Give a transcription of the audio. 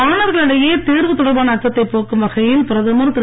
மாணவர்களிடையே தேர்வு தொடர்பான அச்சத்தைப் போக்கும் வகையில் பிரதமர் திரு